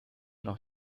noch